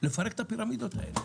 לפרק את הפירמידות האלה?